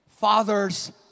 Fathers